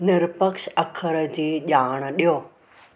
निरपक्ष अख़र जी ॼाणु ॾियो